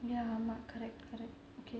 ya மா:maa correct correct okay